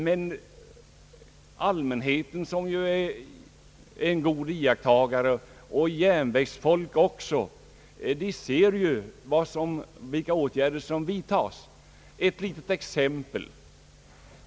Men allmänheten, som ju är en god iakttagare, och järnvägsfolk ser vilka åtgärder som vidtas, Ett litet exempel!